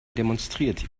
demonstriert